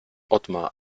otmar